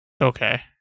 okay